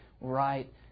right